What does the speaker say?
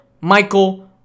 Michael